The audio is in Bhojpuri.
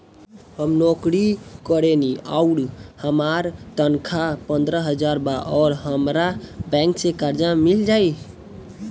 हम नौकरी करेनी आउर हमार तनख़ाह पंद्रह हज़ार बा और हमरा बैंक से कर्जा मिल जायी?